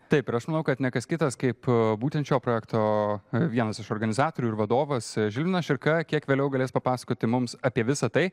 taip ir aš manau kad ne kas kitas kaip būtent šio projekto vienas iš organizatorių ir vadovas žilvinas širka kiek vėliau galės papasakoti mums apie visa tai